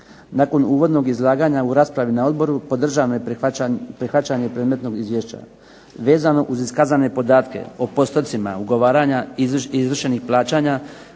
Nakon uvodnog izlaganja u raspravi na odboru podržavam prihvaćanje predmetnog izvješća. Vezano uz iskazane podatke o postocima ugovaranja i izvršenih plaćanja